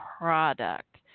product